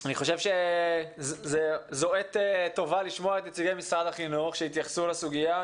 אני חושב שזו עת טובה לשמוע את נציגי משרד החינוך שהתייחסו לסוגיה.